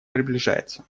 приближается